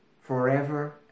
forever